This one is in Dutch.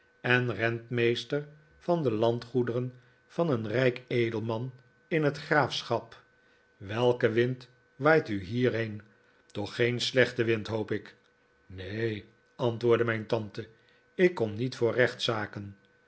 en rentmeester van de landgoederen van een rijk edelman in het graafschap welke wind waait u hierheen toch geen slechte wind hoop ik neen antwoordde mijn tante ik kom niet voor rechtszaken